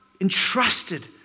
entrusted